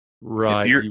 right